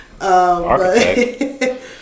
Architect